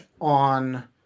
on